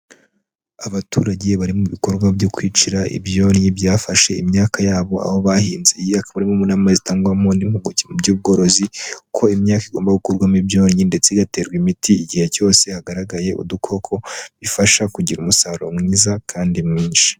Abaturage bari mu bikorwa byo kwicira ibyonnyi byafashe imyaka yabo aho bahinze. Iyi akaba ari imwe mu nama zitangwamo impuguke mu by'ubworozi ko imyaka igomba gukurwamo ibyonnyi ndetse igaterwa imiti igihe cyose hagaragaye udukoko, bifasha kugira umusaruro mwiza kandi mwinshi.